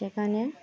সেখানে